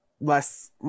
less